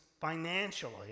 financially